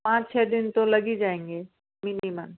पाँच छः दिन तो लग ही जाएंगे मिनिमम